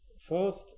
First